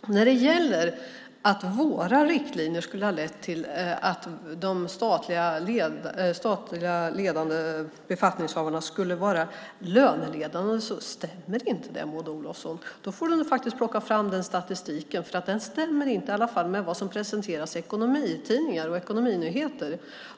Det stämmer inte att våra riktlinjer skulle ha lett till att ledande statliga befattningshavare är löneledande, Maud Olofsson. Du får nog plocka fram den statistiken. Den stämmer i alla fall inte med vad som presenteras i ekonomitidningar och ekonominyheter.